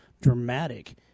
dramatic